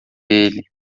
ele